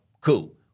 Cool